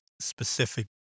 specific